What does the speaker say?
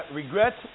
regret